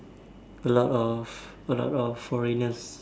a lot of a lot of foreigners